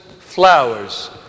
flowers